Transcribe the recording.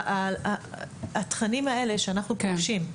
התכנים האלה שאנחנו פוגשים,